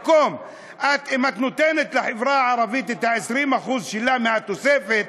אם את נותנת לחברה הערבית את ה-20% שלה מהתוספת,